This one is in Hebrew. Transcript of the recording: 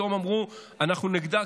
ופתאום אמרו: אנחנו נגדה,